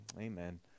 amen